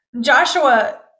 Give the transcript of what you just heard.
joshua